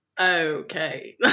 okay